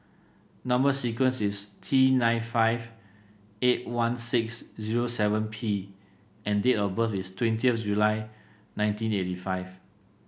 number sequence is T nine five eight one six zero seven P and date of birth is twentieth July nineteen eighty five